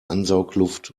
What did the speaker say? ansaugluft